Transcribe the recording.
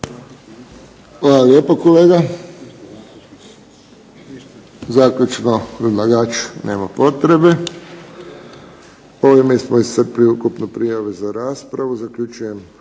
Hvala lijepo kolega. Zaključno predlagač? Nema potrebe. Ovime smo iscrpili ukupne prijave za raspravu. Zaključujem